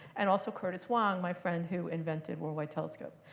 and also curtis wang, my friend who invented worldwide telescope.